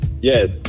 Yes